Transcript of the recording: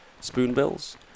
spoonbills